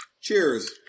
Cheers